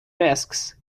risks